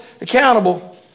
accountable